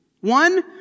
One